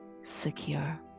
secure